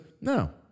No